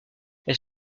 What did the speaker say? elle